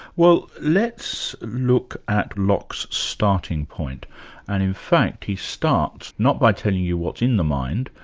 well, let's look at locke's starting point and in fact he starts not by telling you what's in the mind,